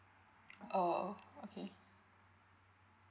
oh oh okay